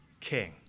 king